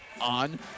On